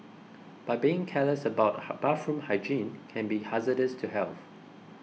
but being careless about bathroom hygiene can be hazardous to health